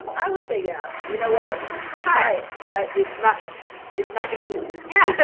i would say yeah, you know what try it's not it's not gonna kill you yeah,